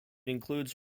includes